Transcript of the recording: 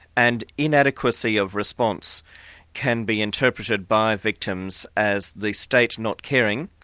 and inadequacy of response can be interpreted by victims as the state not caring,